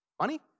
Money